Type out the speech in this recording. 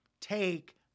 take